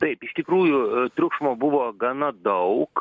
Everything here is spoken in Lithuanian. taip iš tikrųjų triukšmo buvo gana daug